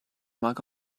mag